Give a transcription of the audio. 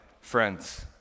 Friends